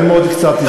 ללמוד קצת היסטוריה.